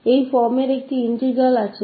तो हमारे पास इस रूप का एक इंटीग्रल है